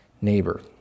neighbor